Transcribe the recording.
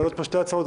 עלו פה שתי הצעות,